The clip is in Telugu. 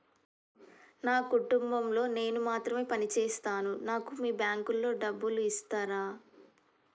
నా కుటుంబం లో నేను మాత్రమే పని చేస్తాను నాకు మీ బ్యాంకు లో డబ్బులు ఇస్తరా?